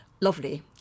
lovely